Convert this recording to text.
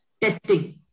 testing